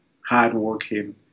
hardworking